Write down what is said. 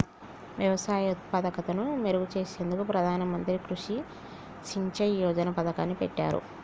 వ్యవసాయ ఉత్పాదకతను మెరుగు చేసేందుకు ప్రధాన మంత్రి కృషి సించాయ్ యోజన పతకాన్ని పెట్టారు